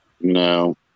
No